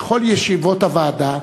בכל ישיבות הוועדה,